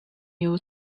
you